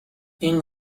این